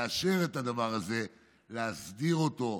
לאשר את הדבר, להסדיר אותו,